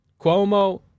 Cuomo